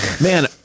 Man